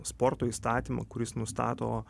sporto įstatymą kuris nustato